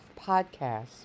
podcast